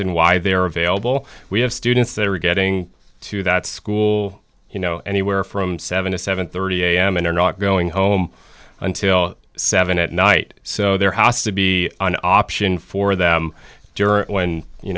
and why they're available we have students that are getting to that school you know anywhere from seven dollars to seven thirty am and are not going home until seven at night so there has to be an option for them during when you